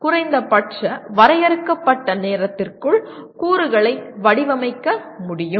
குறைந்தபட்ச வரையறுக்கப்பட்ட நேரத்திற்குள் கூறுகளை வடிவமைக்க முடியும்